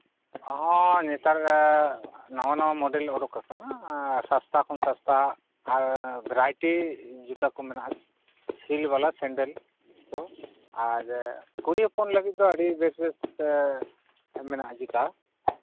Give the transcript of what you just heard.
ᱦᱮᱸ ᱱᱮᱛᱟᱨ ᱱᱟᱣᱟ ᱱᱟᱣᱟ ᱢᱚᱰᱮᱞ ᱚᱰᱳᱠ ᱟᱠᱟᱱᱟ ᱟᱨ ᱥᱟᱥᱛᱟ ᱠᱷᱚᱱ ᱥᱟᱥᱛᱟ ᱟᱨ ᱵᱷᱮᱨᱟᱭᱴᱤ ᱡᱩᱛᱟᱹ ᱠᱚ ᱢᱮᱱᱟᱜᱼᱟ ᱦᱤᱞ ᱵᱟᱞᱟ ᱥᱮᱱᱰᱮᱞ ᱠᱚ ᱟᱨ ᱠᱩᱲᱤ ᱦᱚᱯᱚᱱ ᱞᱟᱹᱜᱤᱫ ᱫᱚ ᱟᱹᱰᱤ ᱵᱮᱥ ᱵᱮᱥ ᱢᱮᱱᱟᱜᱼᱟ ᱡᱩᱛᱟ